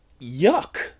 yuck